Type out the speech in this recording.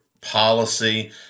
policy